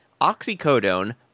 oxycodone